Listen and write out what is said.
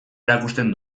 erakusten